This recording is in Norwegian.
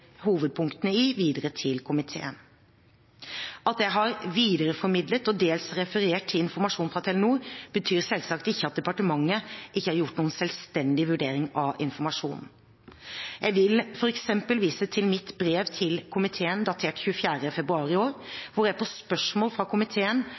hovedpunktene i videre til komiteen. At jeg har videreformidlet og dels referert til informasjon fra Telenor, betyr selvsagt ikke at departementet ikke har gjort en selvstendig vurdering av informasjonen. Jeg vil f.eks. vise til mitt brev til komiteen datert 24. februar i år, hvor jeg på spørsmål fra komiteen